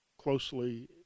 closely